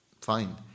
Fine